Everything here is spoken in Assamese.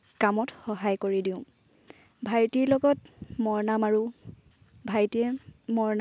কামত সহায় কৰি দিওঁ ভাইটিৰ লগত মৰণা মাৰোঁ ভাইটিয়ে মৰণা